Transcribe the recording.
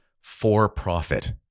for-profit